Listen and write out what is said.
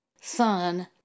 son